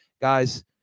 Guys